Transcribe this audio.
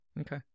Okay